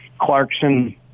Clarkson